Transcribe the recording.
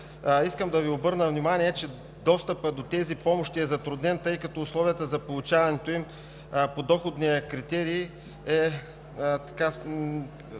искам да Ви обърна внимание, че достъпът до тези помощи е затруднен, тъй като условията за получаването им – подоходният критерий,